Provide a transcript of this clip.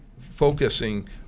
focusing